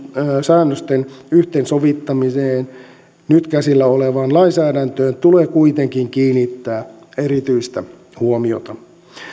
säännösten yhteensovittamiseen nyt käsillä olevaan lainsäädäntöön tulee kuitenkin kiinnittää erityistä huomiota